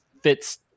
fits